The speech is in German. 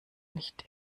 nicht